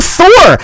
Thor